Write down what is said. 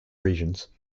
regions